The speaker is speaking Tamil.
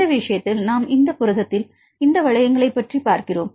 இந்த விஷயத்தில் நாம் இந்த புரதத்தில் இந்த வளையங்களை பற்றி பார்க்கிறோம்